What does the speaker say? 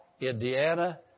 Indiana